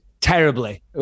terribly